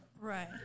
Right